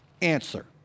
answer